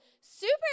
super